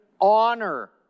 honor